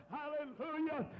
hallelujah